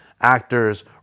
actors